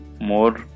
more